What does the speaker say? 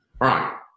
right